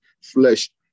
flesh